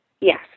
Yes